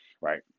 right